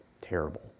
terrible